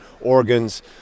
organs